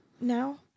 now